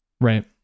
right